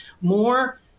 more